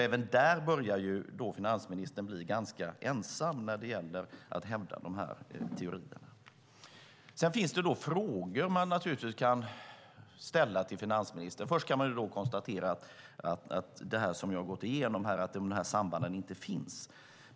Även där börjar alltså finansministern bli ganska ensam när det gäller att hävda dessa teorier. Det finns naturligtvis frågor man kan ställa till finansministern. Man kan först konstatera allt det jag har gått igenom, alltså att sambanden inte finns.